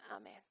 Amen